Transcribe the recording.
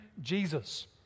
Jesus